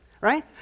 right